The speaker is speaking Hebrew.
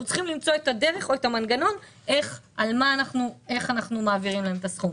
צריכים למצוא את הדרך או את המנגנון איך אנחנו מעבירים להן את הסכום.